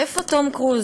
איפה טום קרוז?